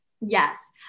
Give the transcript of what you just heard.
yes